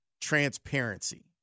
transparency